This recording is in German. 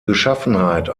beschaffenheit